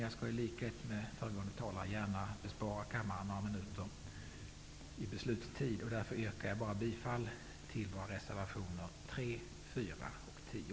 Jag skall, i likhet med föregående talare, spara kammarens tid och yrkar därför endast bifall till våra reservationer 3, 4 och 10.